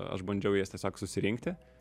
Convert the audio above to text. aš bandžiau jas tiesiog susirinkti